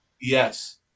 Yes